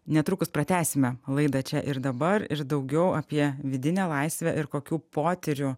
netrukus pratęsime laida čia ir dabar ir daugiau apie vidinę laisvę ir kokių potyrių